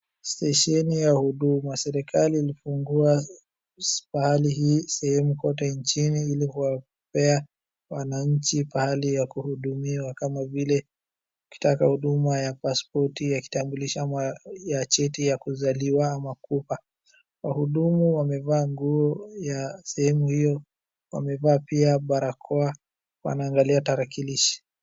Stesheni ya huduma. Serikali ilifungua pahali hii sehemu kote nchini ili kuwapaea wananchi pahali ya kuhudumiwa kama vile ukitaka huduma ya pasipoti ya kitambulisho ama ya cheti ya kuzaliwa ama kufa. Wahudumu wamevaa nguo ya sehemu hiyo, wamevaa pia barakoa, wanaangalia tarakilishi.